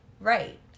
right